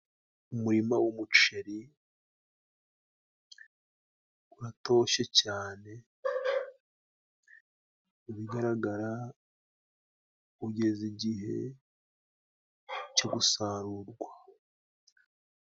Umurima g'umuceri guratoshye cane ibigaragara ugeze igihe cyo gusarurwa.